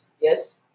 Yes